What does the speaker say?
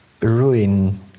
ruin